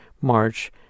march